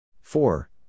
Four